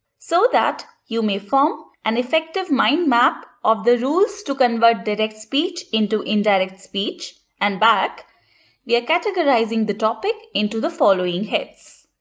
so that you may form an effective mind map of the rules to convert direct speech into indirect speech, and back we are categorizing the topic into the following heads.